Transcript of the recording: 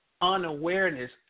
Unawareness